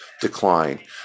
decline